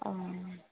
অঁ